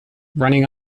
running